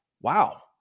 wow